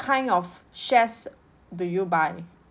kind of shares do you buy